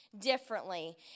differently